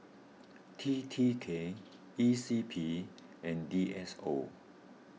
T T K E C P and D S O